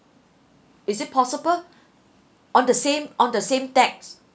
is it possible on the same on the same decks